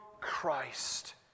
Christ